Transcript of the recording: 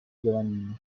giovanili